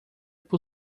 por